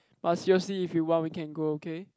but seriously if you want we can go okay